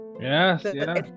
yes